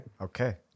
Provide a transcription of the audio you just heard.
Okay